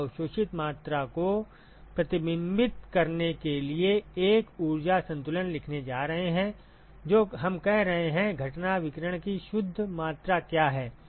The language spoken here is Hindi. हम अवशोषित मात्रा को प्रतिबिंबित करने के लिए एक ऊर्जा संतुलन लिखने जा रहे हैं जो हम कह रहे हैं घटना विकिरण की शुद्ध मात्रा क्या है